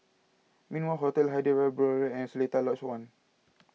Min Wah Hotel Hyderabad Road and Seletar Lodge one